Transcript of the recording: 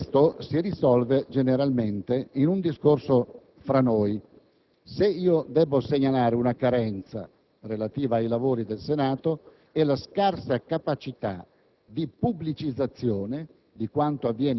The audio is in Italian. ho chiesto di intervenire: tutto ciò si risolve generalmente in un discorso tra noi. Se debbo segnalare una carenza relativamente ai lavori del Senato è la scarsa capacità